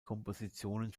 kompositionen